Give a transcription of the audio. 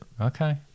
Okay